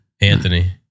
Anthony